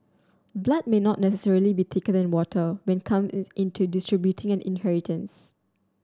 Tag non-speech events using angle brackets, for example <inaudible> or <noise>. blood may not necessarily be thicker than water when come <unintelligible> into distributing an inheritance